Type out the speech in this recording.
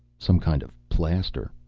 some kind of plaster.